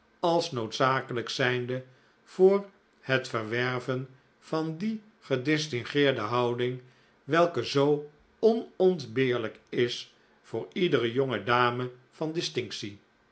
als noodzakelijk zijnde voor het verwerven van die gedistingeerde houding welke zoo onontbeerlijk is voor iedere jonge dame van distinctie